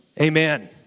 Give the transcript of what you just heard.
Amen